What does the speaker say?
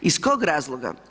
Iz kog razloga?